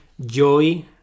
joy